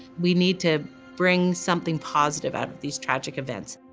we need to bring something positive out of these tragic events.